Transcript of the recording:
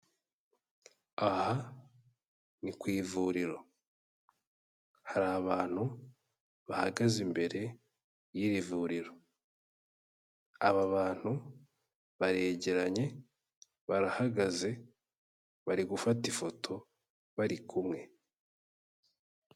Aha ni ku ivuriro, hari abantu bahagaze imbere y'iri vuriro, aba bantu baregeranye, barahagaze, bari gufata ifoto bari kumwe.